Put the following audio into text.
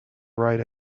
write